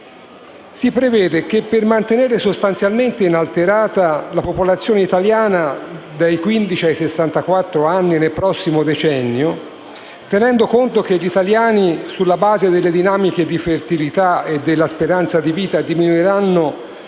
Si prevede che per mantenere sostanzialmente inalterata la popolazione italiana dai quindici ai sessantaquattro anni nel prossimo decennio, tenendo conto che gli italiani, sulla base delle dinamiche di fertilità e della speranza di vita, diminuiranno